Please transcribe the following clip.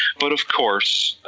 but of course